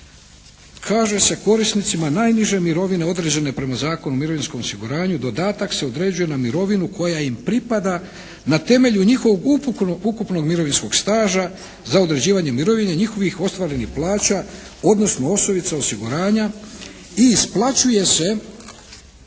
kaže se korisnicima najniže mirovine određene prema Zakonu o mirovinskom osiguranju dodatak se određuje na mirovinu koja im pripada na temelju njihovog ukupnog mirovinskog staža za određivanje mirovine, njihovih ostvarenih plaća, odnosno osnovica osiguranja i isplaćuje se